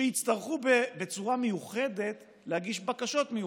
בלי שיצטרכו בצורה מיוחדת להגיש בקשות מיוחדות.